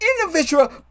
individual